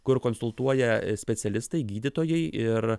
kur konsultuoja specialistai gydytojai ir